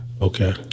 Okay